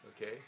Okay